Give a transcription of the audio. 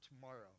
tomorrow